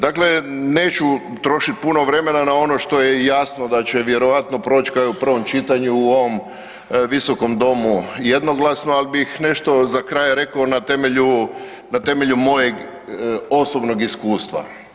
Dakle neću trošiti puno vremena na ono što je jasno da će vjerojatno proći kao i u prvom čitanju u ovom Visokom domu jednoglasno, ali bih nešto za kraj rekao na temelju mojeg osobnog iskustva.